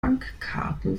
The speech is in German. bankkarten